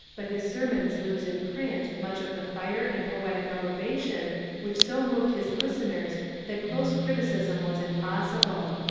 but his sermons lose in print much of the fire and poetic elevation which so moved his listeners that close criticism was impossible.